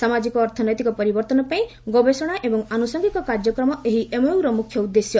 ସାମାଜିକ ଓ ଅର୍ଥନୈତିକ ପରିବର୍ତ୍ତନ ପାଇଁ ଗବେଷଣା ଏବଂ ଆନୁଷ୍ଠଙ୍ଗିକ କାର୍ଯ୍ୟକ୍ରମ ଏହି ଏମଓୟୁର ମୁଖ୍ୟ ଉଦ୍ଦେଶ୍ୟ